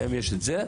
האם זה קיים?